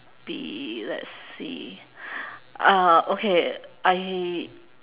be let's see uh okay I